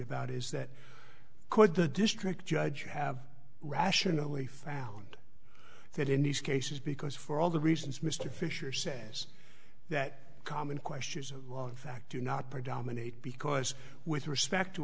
about is that could the district judge have rationally found that in these cases because for all the reasons mr fisher says that common questions while in fact do not predominate because with respect to